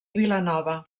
vilanova